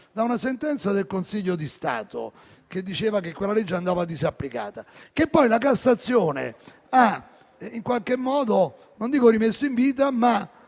da una sentenza del Consiglio di Stato, che diceva che quella legge andava disapplicata. La Cassazione ha poi in qualche modo non dico rimesso in vita, ma